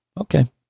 okay